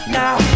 now